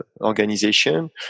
organization